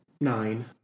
Nine